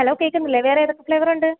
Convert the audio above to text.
hello കേള്ക്കുന്നില്ലേ വേറെ ഏതൊക്കെ ഫ്ലേവറുണ്ട്